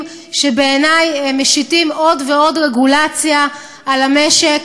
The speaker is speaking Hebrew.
שבעיני משיתים עוד ועוד רגולציה על המשק,